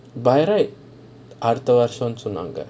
by right அடுத்த வருஷம்னு சொன்னாங்க:adutha varushamnu sonnaanga